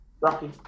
Rocky